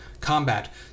Combat